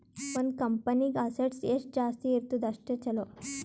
ಒಂದ್ ಕಂಪನಿಗ್ ಅಸೆಟ್ಸ್ ಎಷ್ಟ ಜಾಸ್ತಿ ಇರ್ತುದ್ ಅಷ್ಟ ಛಲೋ